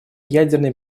ядерной